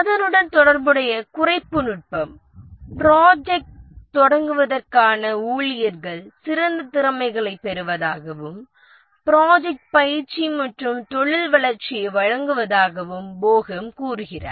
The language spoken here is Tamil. அதனுடன் தொடர்புடைய குறைப்பு நுட்பம் ப்ராஜெக்ட் தொடங்குவதற்கான ஊழியர்கள் சிறந்த திறமைகளைப் பெறுவதாகவும் ப்ராஜெக்ட் பயிற்சி மற்றும் தொழில் வளர்ச்சியை வழங்குவதாகவும் போஹம் கூறுகிறார்